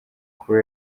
kuba